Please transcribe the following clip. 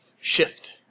Shift